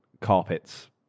carpets